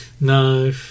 no